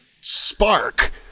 spark